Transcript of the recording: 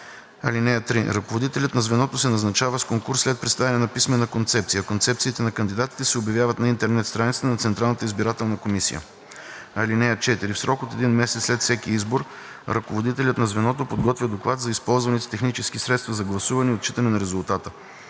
Ръководителят на звеното се назначава с конкурс след представяне на писмена концепция. Концепциите на кандидатите се обявяват на интернет страницата на Централната избирателна комисия. (4) В срок от един месец след всеки избор ръководителят на звеното подготвя доклад за използваните технически средства за гласуване и отчитане на резултата.